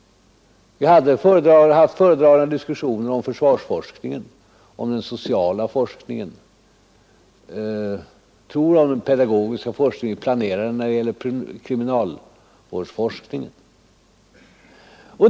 Vi har haft förberedande diskussioner om försvarsforskningen, den sociala forskningen, den pedagogiska forskningen och planerandet av kriminalvårdsforskningen.